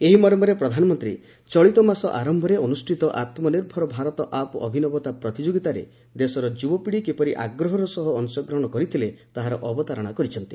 ଏହି ମର୍ମରେ ପ୍ରଧାନମନ୍ତ୍ରୀ ଚଳିତ ମାସ ଆରମ୍ଭରେ ଅନୁଷ୍ଠିତ ଆମ୍ନିର୍ଭର ଭାରତ ଆପ୍ ଅଭିନବତା ପ୍ରତିଯୋଗିତାରେ ଦେଶର ଯୁବାପିଢ଼ି କିପରି ଆଗ୍ରହର ସହ ଅଂଶଗ୍ରହଣ କରିଥିଲେ ତାହାର ଅବତାରଣା କରିଛନ୍ତି